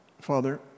Father